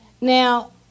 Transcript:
Now